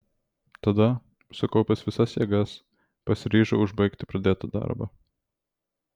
tada sukaupęs visas jėgas pasiryžau užbaigti pradėtą darbą